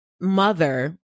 mother